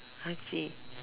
I see